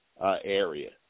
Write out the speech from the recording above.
Area